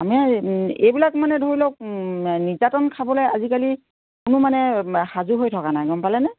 আমি এইবিলাক মানে ধৰি লওক নিৰ্যাতন খাবলৈ আজিকালি কোনো মানে সাজু হৈ থকা নাই গ'ম পালে নে